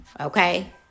Okay